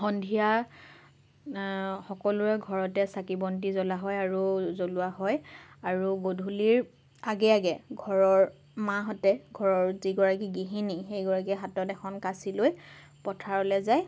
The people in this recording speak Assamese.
সন্ধিয়া সকলোৰে চাকি বন্তি জ্বলোৱা হয় আৰু জ্বলোৱা হয় গধূলিৰ আগে আগে ঘৰৰ মাহঁতে ঘৰৰ যিগৰাকী গৃহিণী সেইগৰাকীয়ে হাতত এখন কাঁচি লৈ পথাৰলৈ যায়